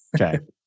Okay